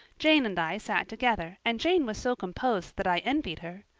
jane and i sat together and jane was so composed that i envied her.